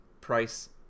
price